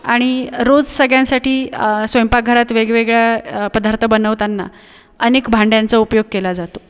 आणि रोज सगळ्यांसाठी स्वयंपाकघरात वेगवेगळ्या पदार्थ बनवताना अनेक भांड्यांचा उपयोग केला जातो